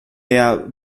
der